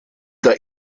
der